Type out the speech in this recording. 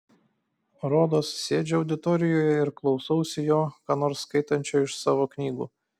rodos sėdžiu auditorijoje ir klausausi jo ką nors skaitančio iš savo knygų